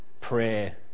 prayer